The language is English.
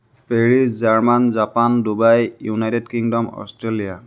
Paris German Japan Dubai United Kingdom Australia